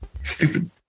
Stupid